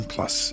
Plus